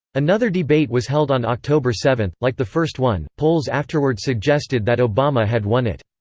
another debate was held on october seven like the first one, polls afterward suggested that obama had won it.